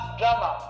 drama